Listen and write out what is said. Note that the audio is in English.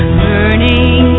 burning